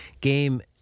game